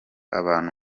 abantu